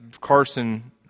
Carson